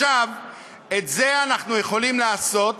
את זה אנחנו יכולים לעשות